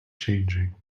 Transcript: changing